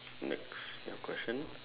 next your question